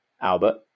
Albert